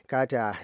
Kata